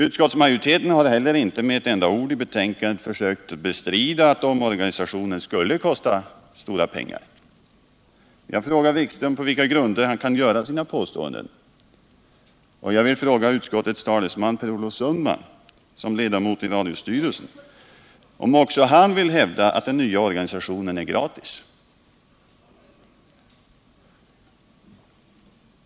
Utskottsmajoriteten har i betänkandet inte heller med ett enda ord försökt bestrida att omorganisationen kostar stora pengar. Jag frågar Jan-Erik Wikström på vilka grunder han gör sina påståenden. Jag vill fråga utskottets talesman, Per Olof Sundman, som ledamot av radiostyrelsen, om också han vill hävda att den nya organisationen är gratis.